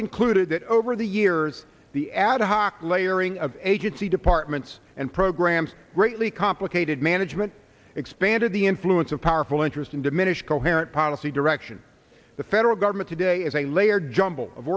concluded that over the years the ad hoc layering of agency departments and programs greatly complicated management expanded the influence of powerful interests and diminished coherent policy direction the federal government today is a layered jumble of